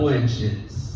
inches